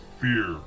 fear